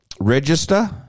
register